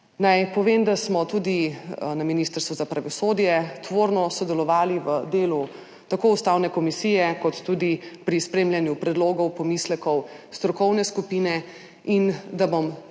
Naj povem, da smo tudi na Ministrstvu za pravosodje tvorno sodelovali tako v delu Ustavne komisije kot tudi pri spremljanju predlogov, pomislekov strokovne skupine in da bom